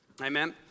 Amen